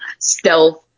stealth